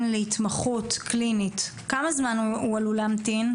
להתמחות קלינית כמה זמן הוא עלול להמתין?